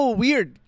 weird